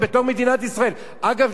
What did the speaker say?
אגב, אדוני היושב-ראש,